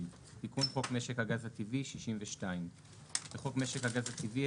62.תיקון חוק המשק הגז הטבעי בחוק משק הגז הטבעי,